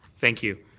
thank you.